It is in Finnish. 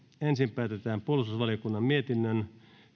ensin päätetään puolustusvaliokunnan mietinnön